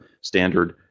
standard